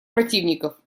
противников